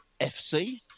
FC